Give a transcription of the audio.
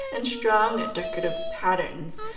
and strong and decorative patterns.